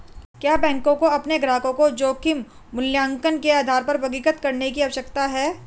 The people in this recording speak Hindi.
क्या बैंकों को अपने ग्राहकों को जोखिम मूल्यांकन के आधार पर वर्गीकृत करने की आवश्यकता है?